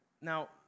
Now